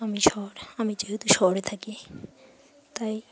আমি শহর আমি যেহেতু শহরে থাকি তাই